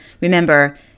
remember